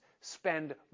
spend